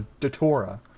DaTora